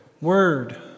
Word